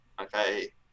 okay